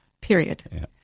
period